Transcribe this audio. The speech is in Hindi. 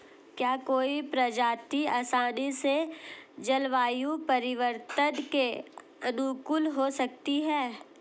क्या कोई प्रजाति आसानी से जलवायु परिवर्तन के अनुकूल हो सकती है?